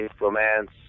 romance